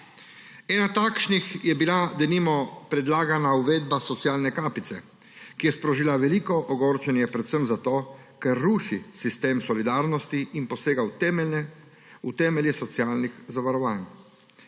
Ena takšnih je bila denimo predlagana uvedba socialne kapice, ki je sprožila veliko ogorčenje predvsem zato, ker ruši sistem solidarnosti in posega v temelje socialnih zavarovanj.